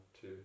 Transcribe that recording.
two